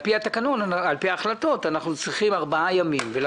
פי ההחלטות אנחנו צריכים ארבעה ימים בוועדת ההסכמות.